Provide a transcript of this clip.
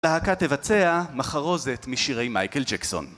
הלהקה תבצע מחרוזת משירי מייקל ג'קסון